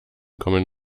kommen